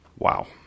Wow